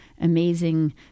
amazing